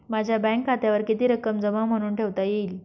माझ्या बँक खात्यावर किती रक्कम जमा म्हणून ठेवता येईल?